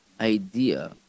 idea